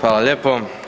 Hvala lijepo.